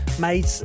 made